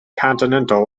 continental